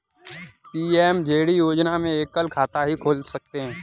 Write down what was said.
PMJD योजना में एकल खाता ही खोल सकते है